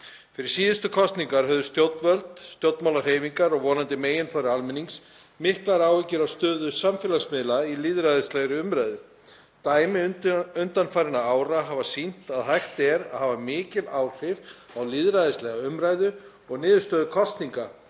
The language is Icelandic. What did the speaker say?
Fyrir síðustu kosningar höfðu stjórnvöld, stjórnmálahreyfingar og vonandi meginþorri almennings miklar áhyggjur af stöðu samfélagsmiðla í lýðræðislegri umræðu. Dæmi undanfarinna ára hafa sýnt að hægt er að hafa mikil áhrif á lýðræðislega umræðu og niðurstöður kosninga